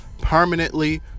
permanently